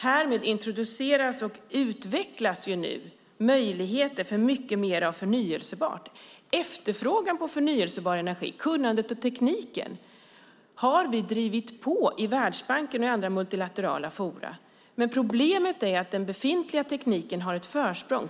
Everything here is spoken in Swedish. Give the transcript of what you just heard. Härmed introduceras och utvecklas ju möjligheter för mycket mer förnybart. Efterfrågan på förnybar energi, kunnandet och tekniken har vi drivit på i Världsbanken och andra multilaterala forum. Problemet är att den befintliga tekniken tyvärr har ett försprång.